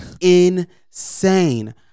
insane